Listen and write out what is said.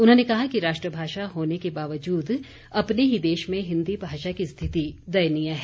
उन्होंने कहा कि राष्ट्रभाषा होने के बावजूद अपने ही देश में हिन्दी भाषा की स्थिति दयनीय है